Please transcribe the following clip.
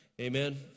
amen